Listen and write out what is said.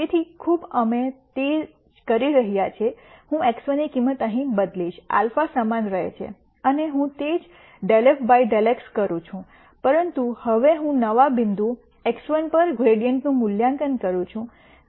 તેથી ખૂબ અમે તે જ કરી રહ્યા છીએ હું x1 ની કિંમત અહીં બદલીશ α સમાન રહે છે અને હું તે જ ∂f ∂x કરું છું પરંતુ હવે હું નવા બિંદુ x1 પર ગ્રૈડીઅન્ટનું મૂલ્યાંકન કરું છું